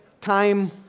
time